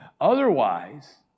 Otherwise